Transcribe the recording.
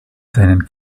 seinen